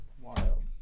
Wild